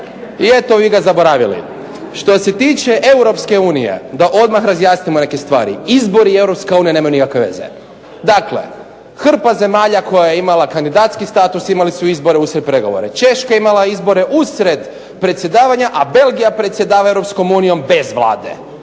I eto vi ga zaboravili. Što se tiče EU da odmah razjasnimo neke stvari. Izbori i EU nema nikakve veze. Dakle, hrpa zemalja koja je imala kandidatski status imali su izbore usred pregovora. Češka je imala izbore usred predsjedavanja, a Belgija predsjedava EU bez vlade.